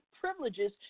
privileges